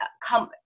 come